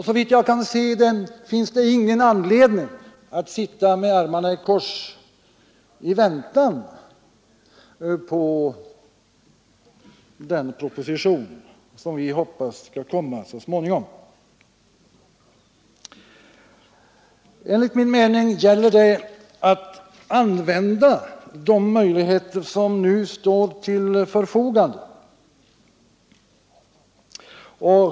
Såvitt jag kan se finns det ingen anledning att sitta med armarna i kors i väntan på den proposition som vi hoppas skall komma så småningom. Enligt min mening gäller det att använda de möjligheter som nu står till förfogande.